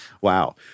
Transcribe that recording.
Wow